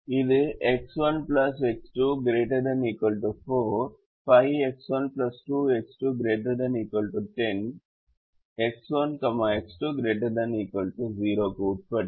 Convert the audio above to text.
இது X1 X2 ≥ 4 5X1 2X2 ≥ 10 X1 X2 ≥ 0 க்கு உட்பட்டு 7X1 5X2 ஐக் குறைக்கிறது